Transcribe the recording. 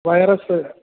virus